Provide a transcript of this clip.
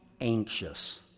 anxious